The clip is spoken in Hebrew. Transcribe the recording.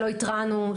שלא התרענו,